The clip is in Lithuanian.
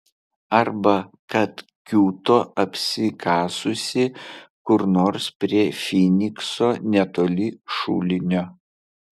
arba kad kiūto apsikasusi kur nors prie finikso netoli šulinio